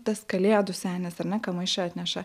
tas kalėdų senis ar ne ką maiše atneša